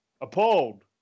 Appalled